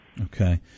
Okay